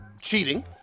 cheating